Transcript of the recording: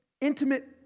intimate